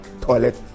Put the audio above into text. Toilet